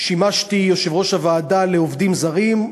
שימשתי יושב-ראש הוועדה לעובדים זרים,